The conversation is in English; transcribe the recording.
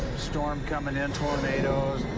storm coming in. tornadoes